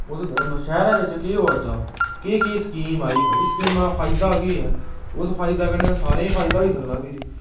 उस शैह्रा बिच केह् होआ दा केह् केह् स्कीम आई भई स्कीमां दा फायदा केह् ऐ ते उस फायदे कन्नै सारें ई फायदा होई सकदा फिर